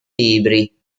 libri